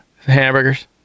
hamburgers